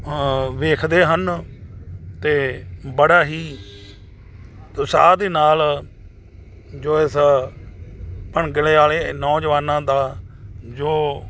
ਵੇਖਦੇ ਹਨ ਅਤੇ ਬੜਾ ਹੀ ਉਤਸ਼ਾਹ ਦੇ ਨਾਲ ਜੋ ਇਸ ਭੰਗੜੇ ਵਾਲੇ ਨੌਜਵਾਨਾਂ ਦਾ ਜੋ